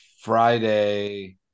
Friday